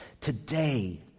Today